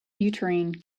uterine